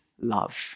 love